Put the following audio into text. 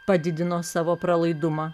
padidino savo pralaidumą